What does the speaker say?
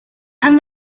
and